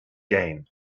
game